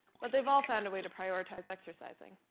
but they've all found a way to prioritize exercising.